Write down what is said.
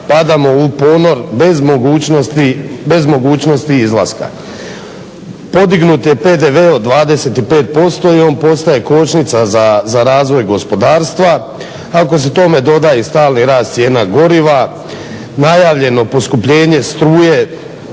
padamo u ponor bez mogućnosti izlaska. Podignut je PDV od 25% i on postaje kočnica za razvoj gospodarstva. Ako se tome doda i stalni rast cijena goriva, najavljeno poskupljenje struje